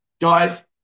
guys